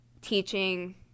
teaching